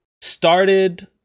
started